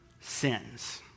sins